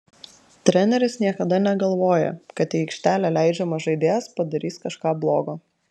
treneris niekada negalvoja kad į aikštelę leidžiamas žaidėjas padarys kažką blogo